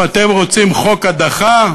אם אתם רוצים חוק הדחה,